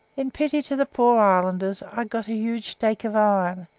in pity to the poor islanders, i got a huge stake of iron,